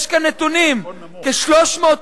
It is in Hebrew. יש כאן נתונים: כ-300,000